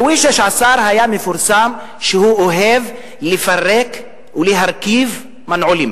לואי ה-16 היה מפורסם בכך שהוא אוהב לפרק ולהרכיב מנעולים.